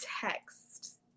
text